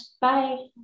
Bye